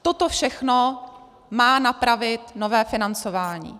Toto všechno má napravit nové financování.